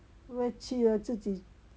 约出得自己